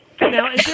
Now